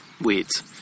weeds